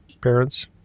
parents